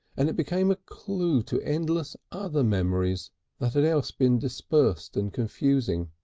and it became a clue to endless other memories that had else been dispersed and confusing.